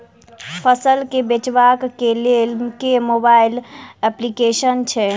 फसल केँ बेचबाक केँ लेल केँ मोबाइल अप्लिकेशन छैय?